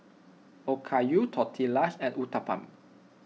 Okayu Tortillas and Uthapam